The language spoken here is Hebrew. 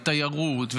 תיירות,